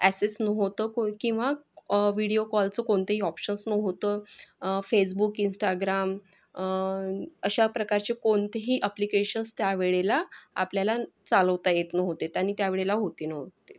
assess नव्हतं कं किंवा विडिओ कॉलचं कोणतंही ऑप्शन्स नव्हतं फेसबुक इंस्टाग्राम अशा प्रकारचे कोणतेही अप्लिकेशन्स त्यावेळेला आपल्याला चालवता येत नव्हते आणि त्यावेळेला होते नव्हते